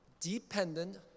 dependent